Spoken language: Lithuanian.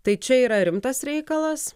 tai čia yra rimtas reikalas